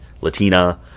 Latina